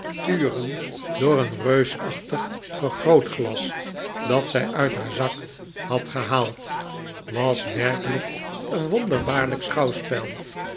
turen door een reusachtig vergrootglas dat zij uit haar zak had gehaald was werkelijk een wonderbaarlijk